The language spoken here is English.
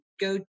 go